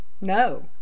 no